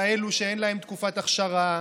כאלה שאין להם תקופת אכשרה,